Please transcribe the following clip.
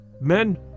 Men